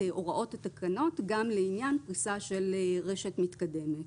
הוראות התקנות גם לעניין פריסה של רשת מתקדמת.